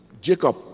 Jacob